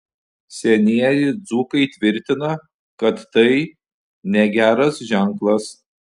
senieji dzūkai tvirtina kad tai negeras ženklas